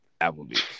Applebee's